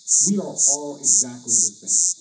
we are all exactly the same.